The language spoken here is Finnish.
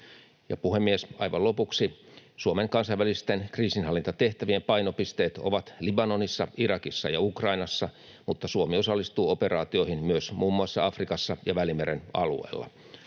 Puhemies! Aivan lopuksi: Suomen kansainvälisten kriisinhallintatehtävien painopisteet ovat Libanonissa, Irakissa ja Ukrainassa, mutta Suomi osallistuu operaatioihin myös muun muassa Afrikassa ja Välimeren alueella.